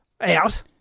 Out